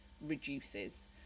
reduces